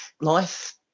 life